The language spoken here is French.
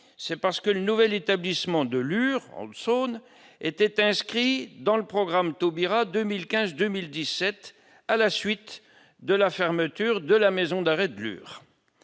c'est parce que le nouvel établissement de Lure sonne était inscrit dans le programme Taubira 2015, 2017, à la suite de la fermeture de la maison d'arrêt dure